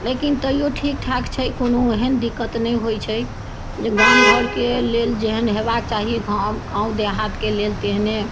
लेकिन तैयो ठीक ठाक छै कोनो ओहन दिक्कत नहि होइ छै जे गाम घरके लेल जेहन हेबाक चाही गाँव गाँव देहातके लेल तेहने